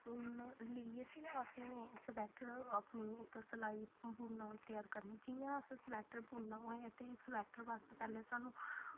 उन्न लेइयै फिर असें स्वैट्टर अपने इक सलाई उन्न नाल त्यार करनी ऐ जियां अस स्वैट्टर बुनना होऐ ते स्वैट्टर बास्तै पैह्लें सानूं